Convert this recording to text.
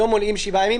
היום 7 ימים.